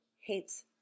hates